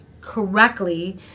correctly